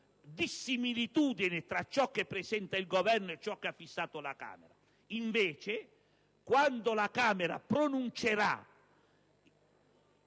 difformità tra ciò che presenta il Governo e ciò che ha fissato la Camera. Invece, quando la Camera pronuncerà